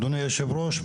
אדוני יושב הראש,